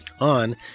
on